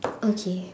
okay